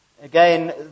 Again